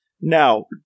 now